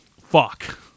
fuck